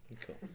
Cool